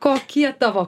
kokie tavo